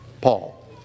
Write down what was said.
Paul